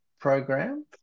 program